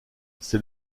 c’est